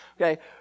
Okay